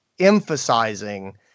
Emphasizing